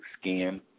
skin